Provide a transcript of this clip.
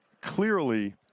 Clearly